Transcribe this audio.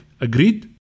Agreed